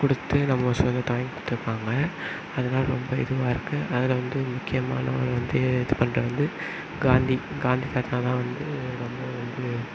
கொடுத்து நம்ம சுதந்திரத்தை வாங்கி கொடுத்துருக்காங்க அதனால் ரொம்ப இதுவாக இருக்குது அதில் வந்து முக்கியமானவங்க வந்து இது பண்ணுறது வந்து காந்தி காந்தி தாத்தாதான் வந்து ரொம்ப வந்து